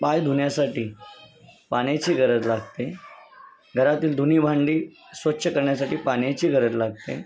पाय धुण्यासाठी पाण्याची गरज लागते घरातील धुणीभांडी स्वच्छ करण्यासाठी पाण्याची गरज लागते